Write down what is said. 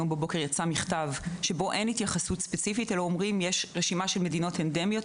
הבוקר יצא מכתב שבו אין התייחסות אלא הפנייה לרשימה של מדינות אנדמיות,